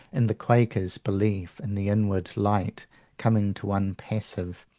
and the quaker's belief in the inward light coming to one passive,